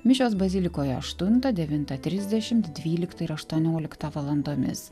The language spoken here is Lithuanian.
mišios bazilikoje aštuntą devintą trisdešimt dvyliktą ir aštuonioliktą valandomis